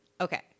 okay